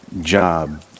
job